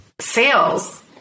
sales